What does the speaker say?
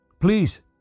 please